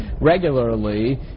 regularly